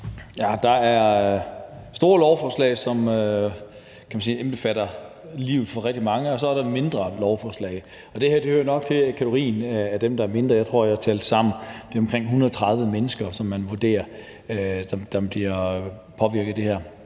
der er store lovforslag, som, kan man sige, påvirker livet for rigtig mange, og så er der mindre lovforslag. Og det her hører nok til i kategorien af dem, der er mindre. Jeg tror, jeg talte det sammen til omkring 130 mennesker, som man vurderer bliver påvirket af det her.